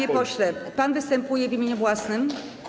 Panie pośle, pan występuje w imieniu własnym?